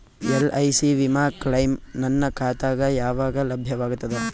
LIC ವಿಮಾ claim ನನ್ನ ಖಾತಾಗ ಯಾವಾಗ ಲಭ್ಯವಾಗತದ?